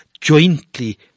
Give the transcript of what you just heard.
jointly